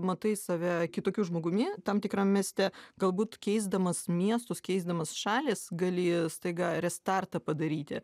matai save kitokiu žmogumi tam tikram mieste galbūt keisdamas miestus keisdamas šalis gali staiga restartą padaryti